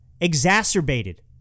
exacerbated